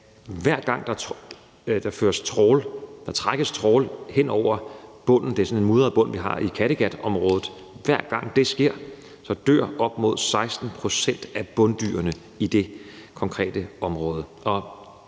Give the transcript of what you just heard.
hver gang der trækkes trawl hen over bunden, og det er sådan en mudret bund, vi har i Kattegatområdet, dør op mod 16 pct. af bunddyrene i det konkrete område.